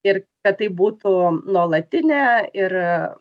ir kad tai būtų nuolatinė ir